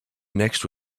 next